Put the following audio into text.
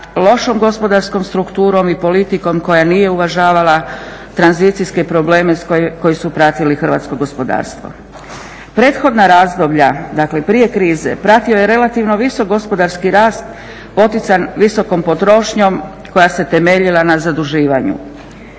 lošom gospodarskom strukturom i politikom koja nije uvažavala tranzicijske probleme koji su pratili hrvatsko gospodarstvo. Prethodna razdoblje, dakle prije krize, pratio je relativno visok gospodarski rast potican visokom potrošnjom koja se temeljila na zaduživanju.